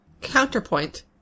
counterpoint